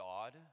God